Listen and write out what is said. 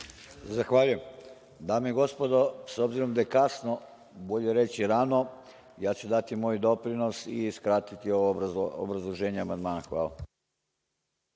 Zahvaljujem. Dame i gospodo, s obzirom da je kasno, bolje reći da je rano, ja ću dati moj doprinos i skratiti ovo obrazloženje